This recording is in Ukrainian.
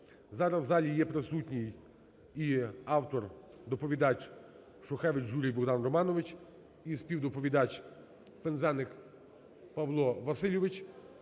Зараз в залі є присутній і автор, доповідач Шухевич Юрій-Богдан Романович, і співдоповідач Пинзеник Павло Васильович.